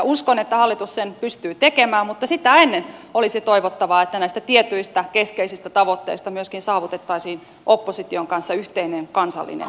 uskon että hallitus sen pystyy tekemään mutta sitä ennen olisi toivottavaa että näistä tietyistä keskeisistä tavoitteista myöskin saavutettaisiin opposition kanssa yhteinen kansallinen näkemys